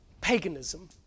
paganism